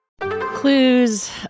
Clues